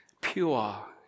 pure